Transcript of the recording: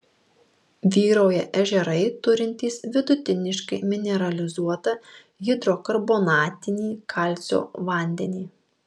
vyrauja ežerai turintys vidutiniškai mineralizuotą hidrokarbonatinį kalcio vandenį